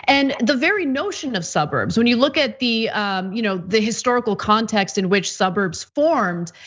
and, the very notion of suburbs, when you look at the you know the historical context in which suburbs formed,